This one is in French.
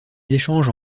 échanges